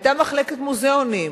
היתה מחלקת מוזיאונים.